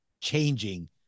changing